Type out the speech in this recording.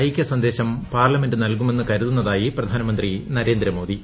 ഐകൃസന്ദേശം parliament നിൽകുമെന്ന് കരുതുന്നതായി പ്രധാനമന്ത്രി ന്രേന്ദ്രമോദി